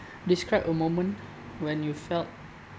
describe a moment when you felt